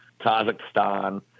Kazakhstan